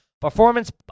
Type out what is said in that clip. Performance